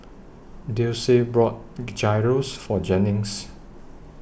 Dulcie bought Gyros For Jennings